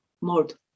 Mold